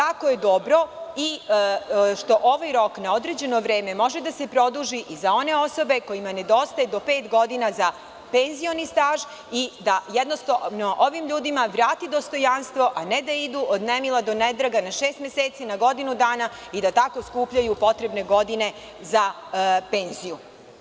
Jako je dobro i što ovaj rok na određeno vreme može da se produži i za one osobe kojima nedostaje do pet godina za penzioni staž i da ovim ljudima vrati dostojanstvo, a ne da idu od nemila do nedraga na šest meseci, na godinu dana i da tako skupljaju potrebne godine za penziju.